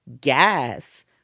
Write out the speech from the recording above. Gas